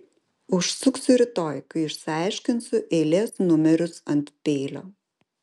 užsuksiu rytoj kai išsiaiškinsiu eilės numerius ant peilio